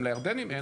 גם לירדנים אין.